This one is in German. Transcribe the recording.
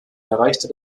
erreichte